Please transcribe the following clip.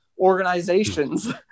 organizations